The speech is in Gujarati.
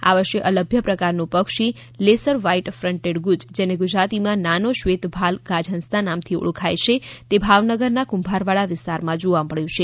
આ વર્ષે અલભ્ય પ્રકારનું પક્ષી લેસર વ્હાઇટ ફન્ટેડ ગુઝ જેને ગુજરાતીમાં નાનો શ્વેત ભાલ ગાજહંસના નામેથી ઓળખાય છે જે ભાવનગરના કુંભારવાડા વિસ્તારમાં જોવા મળ્યું છે